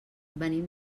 venim